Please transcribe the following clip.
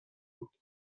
بود